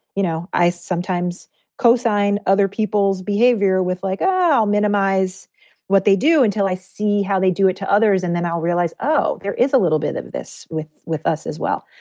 you know, i sometimes cosign other people's behavior with, like, minimize what they do until i see how they do it to others. and then i'll realize, oh, there is a little bit of this with with us as well.